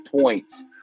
points